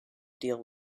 deal